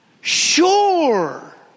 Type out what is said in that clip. sure